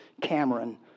Cameron